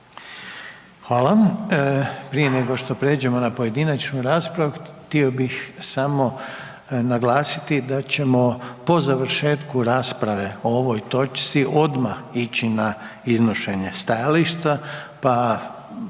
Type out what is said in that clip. Hvala. Prije nego što pređemo na pojedinačnu raspravu, htio bih samo naglasiti da ćemo po završetku rasprave o ovoj točci odmah ići na iznošenje stajališta,